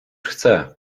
chcę